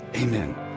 Amen